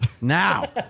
Now